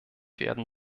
werden